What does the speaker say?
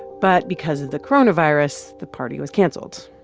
but because of the coronavirus, the party was canceled,